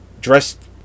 dressed